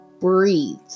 breathe